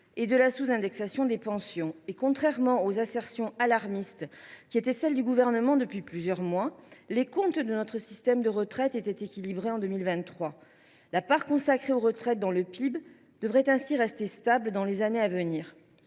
et de la sous indexation des pensions. Contrairement aux assertions alarmistes qui ont été celles du Gouvernement durant plusieurs mois, les comptes de notre système de retraite étaient équilibrés en 2023. La part de la richesse nationale consacrée aux retraites devrait ainsi rester stable dans les années à venir.